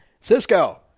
Cisco